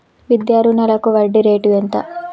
విద్యా రుణాలకు వడ్డీ రేటు ఎంత?